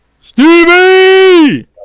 Stevie